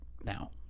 now